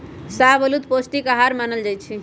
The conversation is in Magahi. शाहबलूत पौस्टिक अहार मानल जाइ छइ